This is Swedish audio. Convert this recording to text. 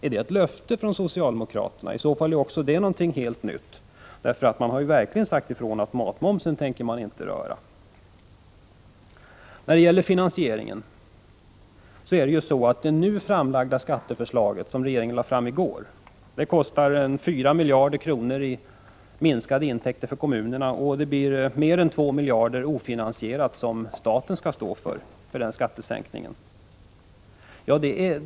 Är det ett löfte från socialdemokraterna? I så fall är också det någonting helt nytt. Tidigare har man ju verkligen sagt ifrån att man inte tänker röra matmomsen. När det gäller finansieringen vill jag säga att det skatteförslag som regeringen lade fram i går kostar 4 miljarder kronor i minskade intäkter för kommunerna, medan mer än 2 miljarder blir ofinansierade, som staten skall stå för.